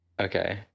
Okay